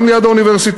גם ליד האוניברסיטה,